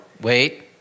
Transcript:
wait